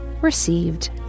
received